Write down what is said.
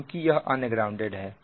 क्योंकि यह अनग्राउंडेड है